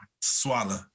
Swallow